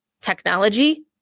technology